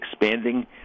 expanding